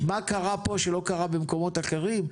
מה קרה פה שלא קרה במקומות אחרים.